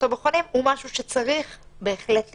הבוחנים הוא משהו שצריך בהחלט לקרות.